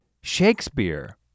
Shakespeare